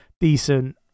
decent